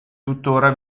tuttora